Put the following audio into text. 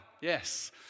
yes